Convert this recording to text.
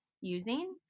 using